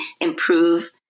improve